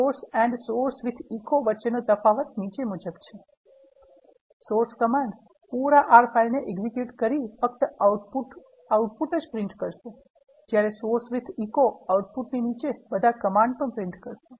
source and source with echo વચ્ચેનો તફાવત નીચે મુજબ છે Source કમાન્ડ પુરા R ફાઇલને execute કરી ફક્ત આઉટપુટ જ પ્રિન્ટ કરશે જ્યારે source with echo આઉટપુટ ની સાથે બધા કમાન્ડ પણ પ્રિન્ટ કરશે